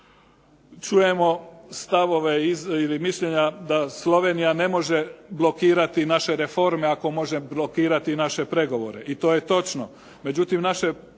Čujemo stavove i mišljenja da Slovenija ne može blokirati naše reforme, ako može blokirati naše pregovore i to je točno.